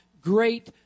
great